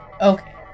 Okay